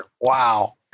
Wow